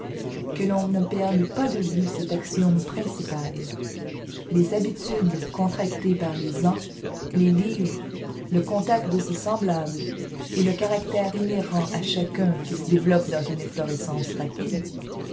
que l'on ne perde pas de vue cet axiome principal les habitudes contractées par les ans les livres le contact de ses semblables et le caractère inhérent à chacun qui se développe dans une efflorescence rapide